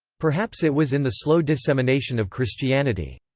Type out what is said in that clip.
perhaps it was in the slow dissemination of christianity.